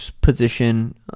position